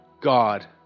God